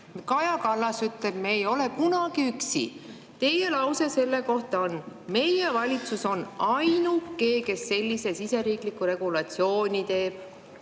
Kaja Kallas ütleb, et me ei ole kunagi üksi. Teie lause selle kohta on: meie valitsus on ainuke, kes sellise siseriikliku regulatsiooni teeb.